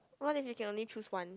what if you can only choose one